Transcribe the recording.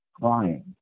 crying